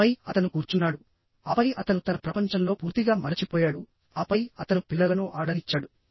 ఆపై అతను కూర్చున్నాడు ఆపై అతను తన ప్రపంచంలో పూర్తిగా మరచిపోయాడు ఆపై అతను పిల్లలను ఆడనిచ్చాడు